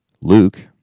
Luke